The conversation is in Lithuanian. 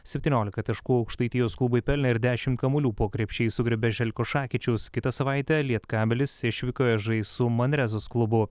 septyniolika taškų aukštaitijos klubui pelnė ir dešimt kamuolių po krepšiais sugriebė želko šakyčius kitą savaitę lietkabelis išvykoje žais su manrezos klubu